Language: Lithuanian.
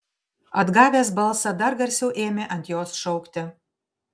atgavęs balsą dar garsiau ėmė ant jos šaukti